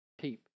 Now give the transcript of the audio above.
keep